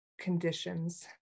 conditions